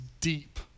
deep